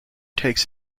takes